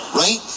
right